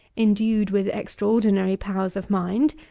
endued with extraordinary powers of mind,